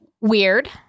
Weird